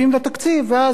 ואז הגירעון,